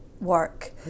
work